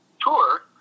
tour